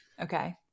Okay